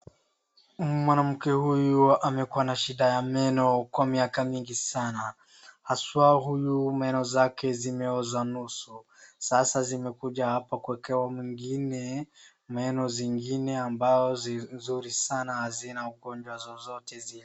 Mwanamke huyu amekuwa na shida ya meno kwa miaka mingi sana, haswa huyu meno zake zimeoza nusu. Sasa zimekuja hapa kuekewa meno zingine ambao nzuri sana, hazina ugonjwa zozote zile.